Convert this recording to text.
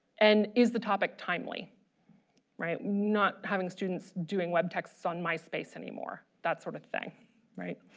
and is the topic timely right? not having students doing web texts on myspace anymore that sort of thing right.